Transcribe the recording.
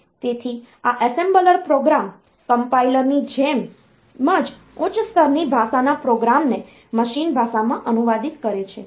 તેથી આ assembler program compiler ની જેમ જ ઉચ્ચ સ્તરની ભાષાના પ્રોગ્રામને મશીન ભાષામાં અનુવાદિત કરે છે